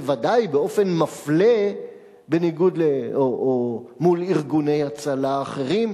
ודאי שלא באופן מפלה מול ארגוני הצלה אחרים.